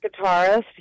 guitarist